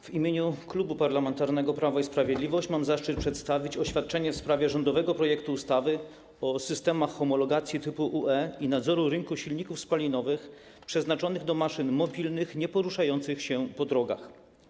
W imieniu Klubu Parlamentarnego Prawo i Sprawiedliwość mam zaszczyt przedstawić oświadczenie w sprawie rządowego projektu ustawy o systemach homologacji typu UE i nadzoru rynku silników spalinowych przeznaczonych do maszyn mobilnych nieporuszających się po drogach.